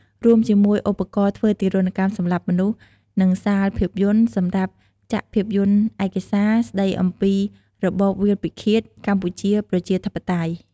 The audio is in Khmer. រួមជាមួយ ឧបករណ៍ធ្វើទារុណកម្មសម្លាប់មនុស្ស និងសាលភាពយន្ត សម្រាប់ចាក់ភាពយន្តឯកសារ ស្តីអំពីរបបវាលពិឃាត កម្ពុជាប្រជាធិបតេយ្យ។